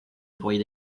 bruit